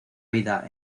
vida